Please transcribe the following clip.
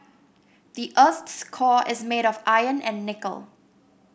the earth's core is made of iron and nickel